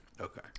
Okay